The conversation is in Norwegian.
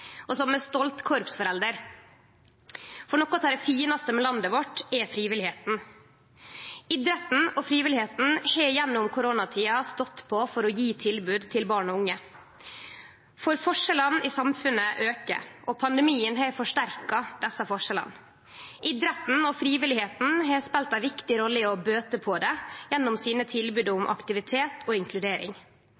og som er stolt korpsforelder. Noko av det finaste med landet vårt er frivilligheita. Idretten og frivilligheita har gjennom koronatida stått på for å gje tilbod til barn og unge. Forskjellane i samfunnet aukar, og pandemien har forsterka desse forskjellane. Idretten og frivilligheita har spelt ei viktig rolle i å bøte på det gjennom tilboda dei har om